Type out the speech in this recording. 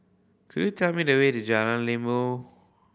could you tell me the way to Jalan